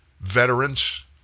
veterans